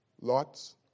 Lot's